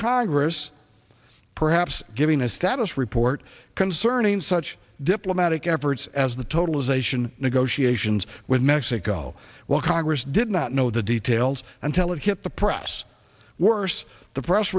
congress perhaps giving a status report concerning such diplomatic efforts as the totalization negotiations with mexico well congress did not know the details until it hit the press worse the press